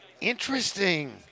Interesting